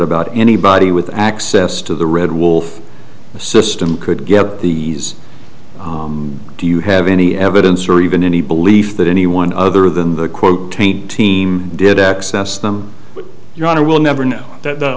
about anybody with access to the red wolf system could get the do you have any evidence or even any belief that anyone other than the quote team did access them your honor we'll never know that the